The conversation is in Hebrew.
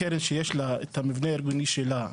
קרן שיש לה את המבנה הארגוני שלה,